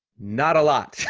not a lot.